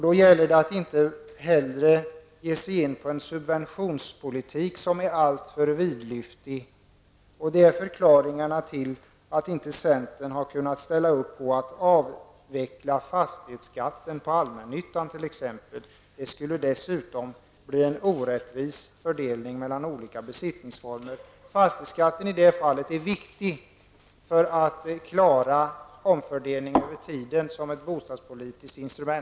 Då gäller det att inte heller ge sig in i en subventionspolitik som är alltför vidlyftig. Det är förklaringarna till att centern inte har kunnat ställa upp på att avveckla fastighetsskatten på t.ex. allmännyttan. Det skulle dessutom bli en orättvis fördelning mellan olika besittningsformer. Fastighetsskatten är viktig som ett bostadspolitiskt instrument för att klara omfördelningen över tiden.